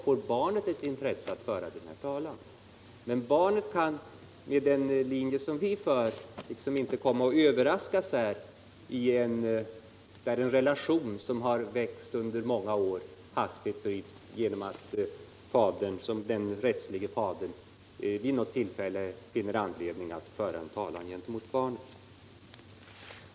Om man väljer vår linje kommer barnet inte att överraskas, om den rättslige fadern, genom att en relation som växt fram under många år hastigt bryts och vid något tillfälle finner anledning att föra talan gentemot barnet.